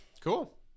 Cool